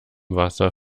wasser